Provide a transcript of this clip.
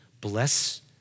bless